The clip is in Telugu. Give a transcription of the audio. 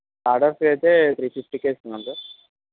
ఆర్డర్కి అయితే త్రీ ఫిఫ్టీకే ఇస్తున్నాం సార్